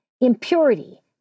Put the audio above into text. impurity